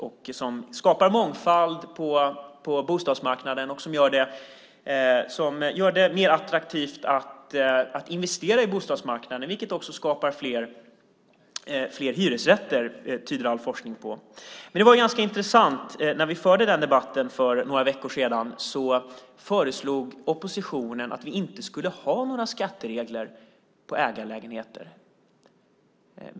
Det skapar en mångfald på bostadsmarknaden och gör det mer attraktivt att investera i bostadsmarknaden, vilket också skapar fler hyresrätter. Det tyder all forskning på. Det var ganska intressant när vi förde den debatten för några veckor sedan. Då föreslog oppositionen att vi inte skulle ha några skatteregler för ägarlägenheter.